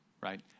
right